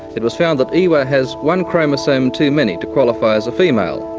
it was found that ewa has one chromosome too many to qualify as a female,